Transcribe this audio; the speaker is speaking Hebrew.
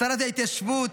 לשרת ההתיישבות,